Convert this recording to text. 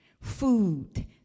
food